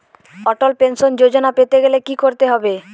অটল pension Yojana পেতে হলে কি করতে হবে?